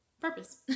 purpose